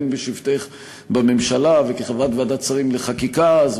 הן בשבתך בממשלה וכחברת ועדת שרים לחקיקה אז,